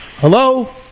Hello